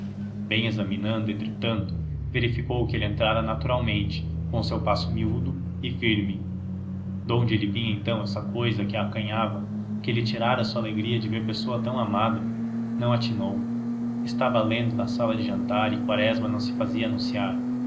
bem examinando entretanto verificou que ele entrara naturalmente com o seu passo miúdo e firme donde lhe vinha então essa cousa que a acanhava que lhe tirara a sua alegria de ver pessoa tão amada não atinou estava lendo na sala de jantar e quaresma não se fazia anunciar